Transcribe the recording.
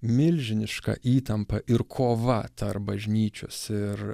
milžiniška įtampa ir kova tarp bažnyčios ir